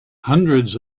hundreds